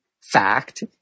fact